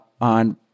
on